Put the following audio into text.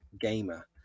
Gamer